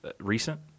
recent